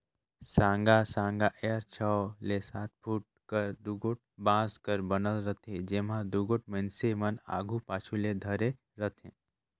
साँगा साँगा एहर छव ले सात फुट कर दुगोट बांस कर बनल रहथे, जेम्हा दुगोट मइनसे मन आघु पाछू ले धरे रहथे